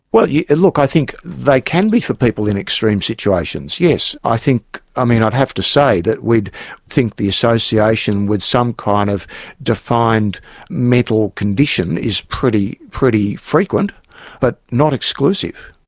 well yeah look, i think they can be for people in extreme situations yes, i think, i mean i'd have to say that we'd think the association with some kind of defined mental condition is pretty pretty frequent but not exclusive.